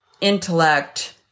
intellect